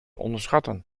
onderschatten